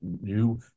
new